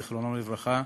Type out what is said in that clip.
זיכרונו לברכה,